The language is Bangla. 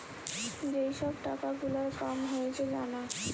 যেই সব টাকা গুলার কাম হয়েছে জানা